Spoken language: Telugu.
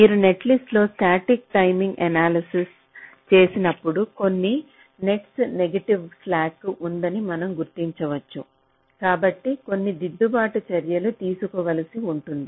మీరు నెట్లిస్ట్లో స్టాటిక్ టైమింగ్ అనాలిసిస్ చేసినప్పుడు కొన్ని నెట్స్లో నెగిటివ్ స్లాక్ ఉందని మనం గుర్తించవచ్చు కాబట్టి కొన్ని దిద్దుబాటు చర్యలు తీసుకోవలసి ఉంది